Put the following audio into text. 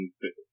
fit